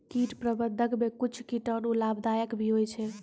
कीट प्रबंधक मे कुच्छ कीटाणु लाभदायक भी होय छै